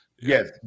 yes